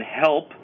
help